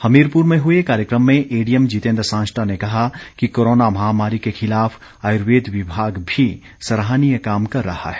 हमीरपुर में हुए कार्यक्रम में एडीएम जितेन्द्र सांजटा ने कहा कि कोरोना महामारी के खिलाफ आयुर्वेद विभाग भी सराहनीय काम कर रहा है